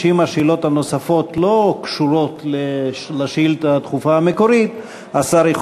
שאם השאלות הנוספות לא קשורות לשאילתה הדחופה המקורית השר יכול